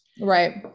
right